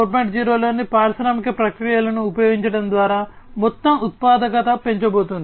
0 లోని పారిశ్రామిక ప్రక్రియలను ఉపయోగించడం ద్వారా మొత్తం ఉత్పాదకత పెంచబోతోంది